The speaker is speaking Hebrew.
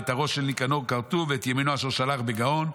ואת הראש של ניקנור כרתו ואת ימינו אשר שלח בגאון,